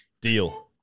Deal